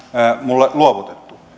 minulle luovutettu